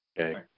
Okay